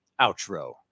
outro